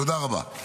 תודה רבה.